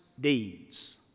deeds